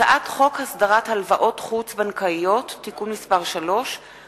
הצעת חוק הסדרת הלוואות חוץ-בנקאיות (תיקון מס' 3),